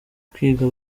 kwiga